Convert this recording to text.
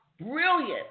brilliant